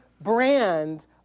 brand